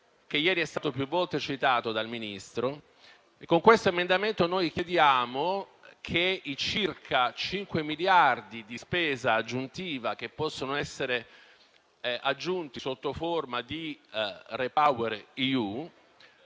ieri più volte citato dal Ministro. Con tale emendamento chiediamo che i circa 5 miliardi di spesa che possono essere aggiunti sotto forma di Repower EU